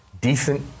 decent